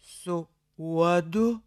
su uodu